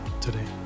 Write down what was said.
today